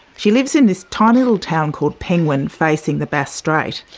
she lives in this tiny little town called penguin facing the bass strait.